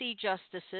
Justices